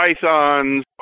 pythons